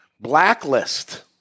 Blacklist